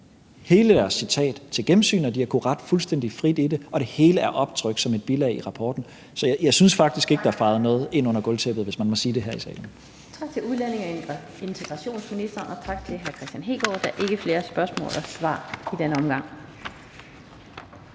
hele deres citat til gennemsyn, og de har kunnet rette fuldstændig frit i det, og det hele er optrykt som et bilag til rapporten. Så jeg synes faktisk ikke, der er fejet noget ind under gulvtæppet – hvis man må sige det her i salen. Kl. 16:14 Den fg. formand (Annette Lind): Tak til udlændinge- og integrationsministeren, og tak til hr. Kristian Hegaard. Der er ikke flere spørgsmål og svar i denne omgang.